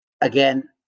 again